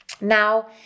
Now